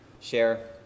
share